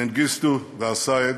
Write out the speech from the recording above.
מנגיסטו ואסעד,